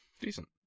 Decent